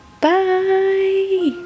Bye